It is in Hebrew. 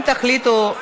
אם תחליטו,